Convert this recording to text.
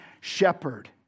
shepherd